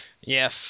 Yes